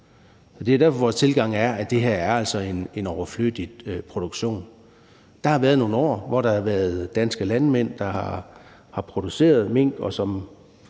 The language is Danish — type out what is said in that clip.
Det er derfor, vores tilgang er, at det her altså er en overflødig produktion. Der har været nogle år, hvor der har været danske landmænd, der har produceret mink,